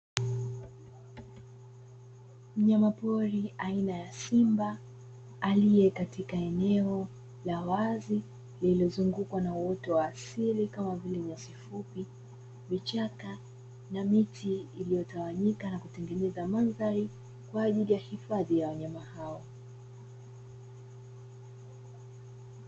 Mnyamapori aina ya simba aliye katika eneo la wazi zilizozungukwa na uoto wa asili kama vile nyasi fupi, vichaka, na miti iliyotawanyika na kutengeneza madhari kwa ajili ya hifadhi ya wanyama hao.